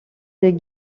des